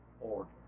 order